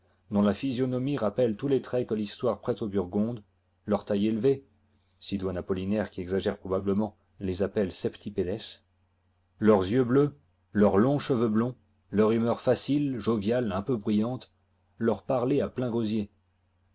dont la physionomie rappelle tous les traits que l'histoire prête aux burgondes leur taille élevée sidoine apollinaire qui exagère probablement les appelle septipedes leurs yeux bleus leurs longs cheveux digitized by google blonds leur humeur facile joviale un peu bruyante leur parler à plein gosier